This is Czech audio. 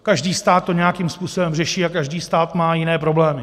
Každý stát to nějakým způsobem řeší a každý stát má jiné problémy.